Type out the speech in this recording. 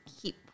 keep